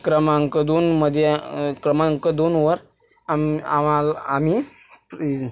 क्रमांक दोनमध्ये क्रमांक दोनवर आम आम आम्ही ज